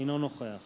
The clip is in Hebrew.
אינו נוכח